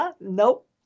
Nope